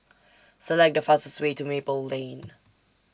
Select The fastest Way to Maple Lane